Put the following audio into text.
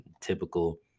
Typical